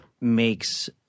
makes –